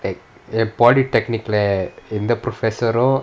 like in polytechnic எந்த:entha the professor all